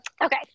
Okay